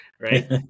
right